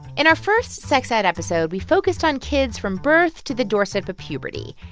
in our first sex ed episode, we focused on kids from birth to the doorstep of puberty.